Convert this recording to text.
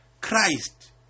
Christ